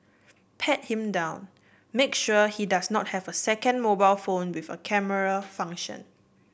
pat him down make sure he does not have a second mobile phone with a camera function